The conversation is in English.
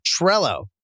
Trello